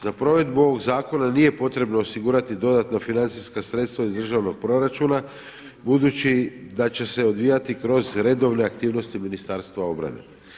Za provedbu ovog zakona nije potrebno osigurati dodatna financijska sredstva iz državnog proračuna budući da će se odvijati kroz redovne aktivnosti Ministarstva obrane.